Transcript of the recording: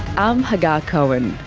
i'm hagar cohen.